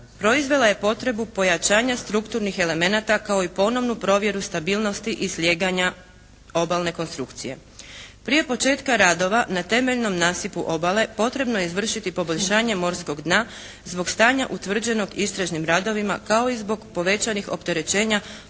proizvela je potrebu pojačanja strukturnih elemenata kao i ponovnu provjeru stabilnosti i slijeganja obalne konstrukcije. Prije početka radova na temeljnom nasipu obale potrebno je izvršiti poboljšanje morskog dna zbog stanja utvrđenog istražnim radovima kao i zbog povećanih opterećenja